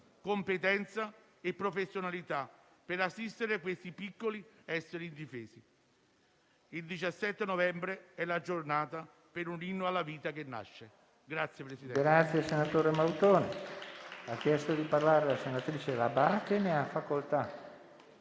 competenza e professionalità per assistere questi piccoli esseri indifesi. Il 17 novembre è la giornata per un inno alla vita che nasce.